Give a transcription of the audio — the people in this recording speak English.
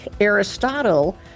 Aristotle